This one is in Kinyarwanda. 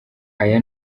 aya